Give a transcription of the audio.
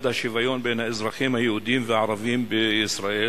השוויון בין האזרחים היהודים והערבים בישראל.